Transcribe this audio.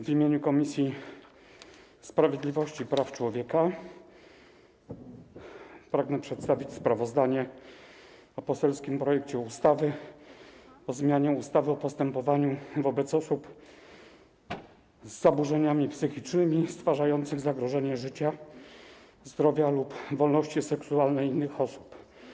W imieniu Komisji Sprawiedliwości i Praw Człowieka pragnę przedstawić sprawozdanie o poselskim projekcie ustawy o zmianie ustawy o postępowaniu wobec osób z zaburzeniami psychicznymi stwarzającymi zagrożenie życia, zdrowia lub wolności seksualnej innych osób.